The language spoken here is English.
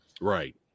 Right